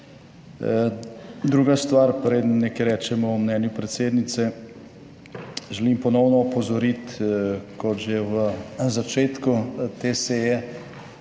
Druga stvar, preden nekaj rečemo o mnenju predsednice, želim ponovno opozoriti, kot že v začetku te